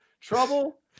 trouble